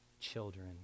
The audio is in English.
children